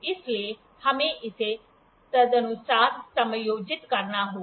इसलिए हमें इसे तदनुसार समायोजित करना होगा